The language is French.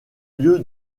lieu